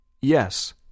Yes